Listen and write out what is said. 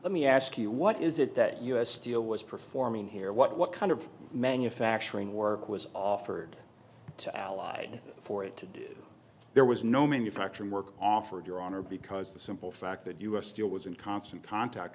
let me ask you what is it that u s steel was performing here what kind of manufacturing work was offered to ally for it to do there was no manufacturing work offered your honor because the simple fact that u s steel was in constant contact